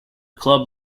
club